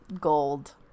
gold